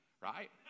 Right